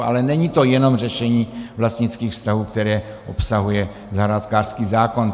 Ale není to jenom řešení vlastnických vztahů, které obsahuje zahrádkářský zákon.